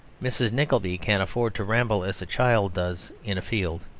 mrs. nickleby can afford to ramble as a child does in a field,